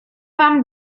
wam